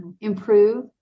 improve